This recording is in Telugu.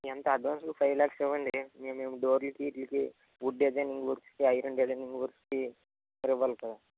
ఎంత అడ్వాన్సు ఒక ఫైవ్ ల్యాక్స్ ఇవ్వండీ మేము డోర్లకి గేట్లకి వుడ్ డిజైనింగ్ వర్క్స్కి ఐరన్ డిజైనింగ్ వర్క్స్కి ఇవ్వాలి కదా